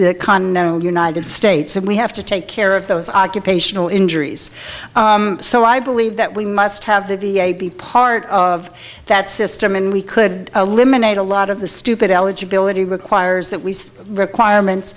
the continental united states and we have to take care of those occupational injuries so i believe that we must have the v a be part of that system and we could eliminate a lot of the stupid eligibility requires that we see requirements